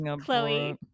Chloe